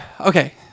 Okay